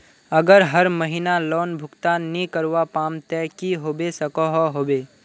अगर हर महीना लोन भुगतान नी करवा पाम ते की होबे सकोहो होबे?